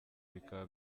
bikaba